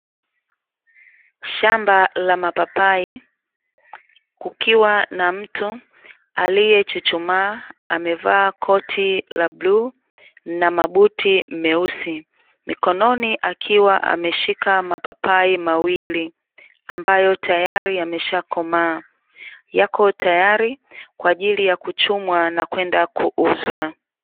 Shamba la mapapai, kukiwa na mtu aliyechuchumaa, amevaa koti la bluu na mabuti meusi. Mikononi akiwa ameshika mapapai mawili, ambayo tayari yameshakomaa. yako tayari kwa ajili ya kuchumwa na kwenda kuuzwa.